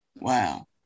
wow